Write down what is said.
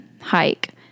hike